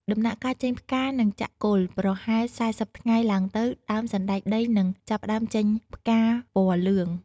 ដំណាក់កាលចេញផ្កា និងចាក់គល់ ប្រហែល ៤០ ថ្ងៃឡើងទៅ ដើមសណ្ដែកដីនឹងចាប់ផ្តើមចេញផ្កាពណ៌លឿង។